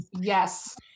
Yes